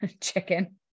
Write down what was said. chicken